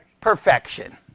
Perfection